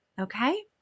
Okay